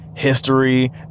history